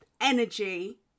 energy